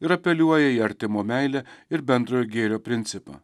ir apeliuoja į artimo meilę ir bendrojo gėrio principą